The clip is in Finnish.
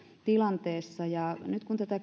tilanteessa nyt kun tätä